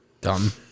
Dumb